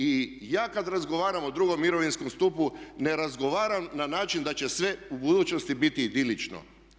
I ja kad razgovaram o II. mirovinskom stupu ne razgovaram na način da će sve u budućnosti biti idilično.